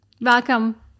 Welcome